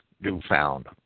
newfound